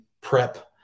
prep